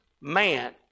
man